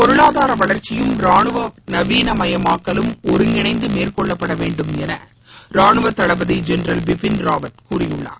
பொருளாதார வளர்ச்சியும் ராணுவ நவீனமயமாக்கலும் ஒருங்கிணைந்து மேற்கொள்ளப்படவேண்டும் என ராணுவத்தளபதி ஜெனரல் பிபின்ராவத் கூறியுள்ளார்